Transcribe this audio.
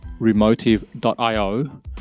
remotive.io